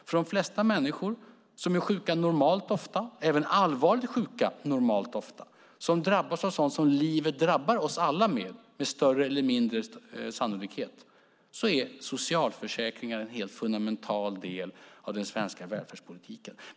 För de flesta människor som är sjuka normalt ofta - även allvarligt sjuka normalt ofta - och som drabbas av sådant som livet med större eller mindre sannolikhet drabbar oss alla med är socialförsäkringar en helt fundamental del av den svenska välfärdspolitiken.